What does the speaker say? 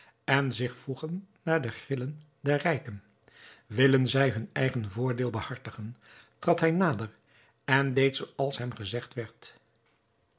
en zich voegen naar de grillen der rijken willen zij hun eigen voordeel behartigen trad hij nader en deed zooals hem gezegd werd